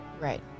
Right